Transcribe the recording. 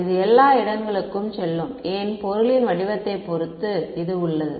இது எல்லா இடங்களுக்கும் செல்லும் ஏன் பொருளின் வடிவத்தைப் பொறுத்து இது உள்ளது